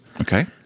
Okay